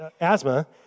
asthma